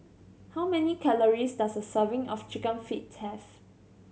how many calories does a serving of Chicken Feet have